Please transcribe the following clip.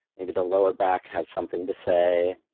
maybe the lower back has something to say.